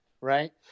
right